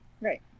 Right